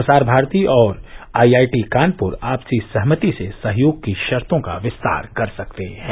प्रसार भारती और I I T Kanpur आपसी सहमति से सहयोग की शर्तों का विस्तार कर सकते हैं